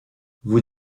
vous